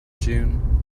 june